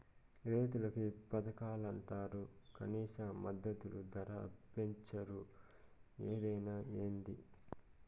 రైతులకి పథకాలంటరు కనీస మద్దతు ధర పెంచరు ఏదైతే ఏంది